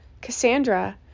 Cassandra